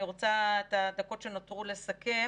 אני רוצה בדקות שנותרו לסכם